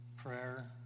Prayer